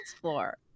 floor